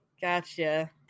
Gotcha